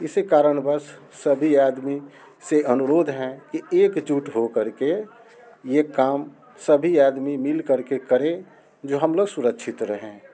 इसी कारणवक्ष सभी आदमी से अनुरोध हैं कि एकजुट हो कर के ये काम सभी आदमी मिल कर के करें जो हम लोग सुरक्षित रहें